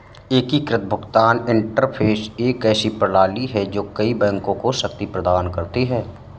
एकीकृत भुगतान इंटरफ़ेस एक ऐसी प्रणाली है जो कई बैंकों को शक्ति प्रदान करती है